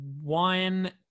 one